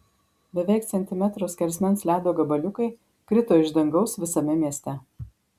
beveik centimetro skersmens ledo gabaliukai krito iš dangaus visame mieste